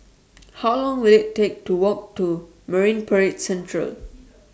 How Long Will IT Take to Walk to Marine Parade Central